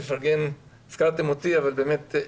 הזכרתם אותי אבל באמת,